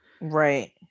Right